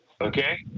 okay